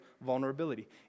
vulnerability